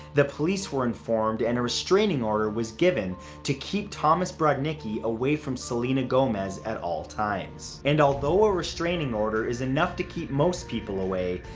the police were informed and a restraining order was given to keep thomas brodnicki away from selena gomez at all times. and although a restraining order is enough to keep most people away,